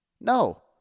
No